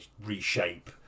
reshape